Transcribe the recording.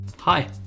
Hi